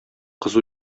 кызу